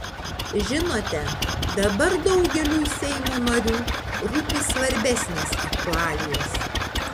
žinote dabar daugeliui seimo narių rūpi svarbesnės aktualijos